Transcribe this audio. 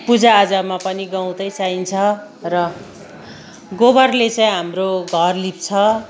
पूजा आजामा पनि गउँतै चाहिन्छ र गोबरले चाहिँ हाम्रो घर लिप्छ